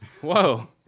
Whoa